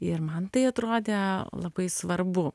ir man tai atrodė labai svarbu